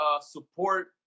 support